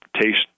taste